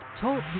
Talk